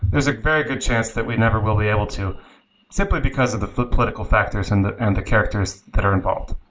there's a very good chance that we never will be able to simply because of the political factors and the and characters that are involved.